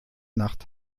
nacht